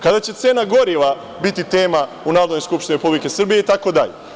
Kada će cena goriva biti tema u Narodnoj skupštini Republike Srbije itd?